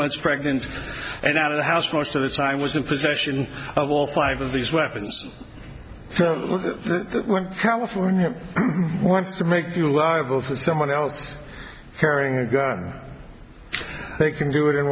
months pregnant and out of the house most of the time was in possession of all five of these weapons california wants to make you go to someone else carrying a gun they can do